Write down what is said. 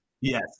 Yes